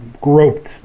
groped